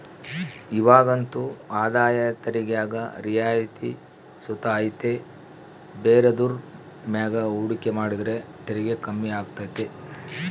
ಇವಾಗಂತೂ ಆದಾಯ ತೆರಿಗ್ಯಾಗ ರಿಯಾಯಿತಿ ಸುತ ಐತೆ ಬೇರೆದುರ್ ಮ್ಯಾಗ ಹೂಡಿಕೆ ಮಾಡಿದ್ರ ತೆರಿಗೆ ಕಮ್ಮಿ ಆಗ್ತತೆ